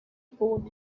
port